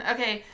Okay